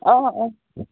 آ آ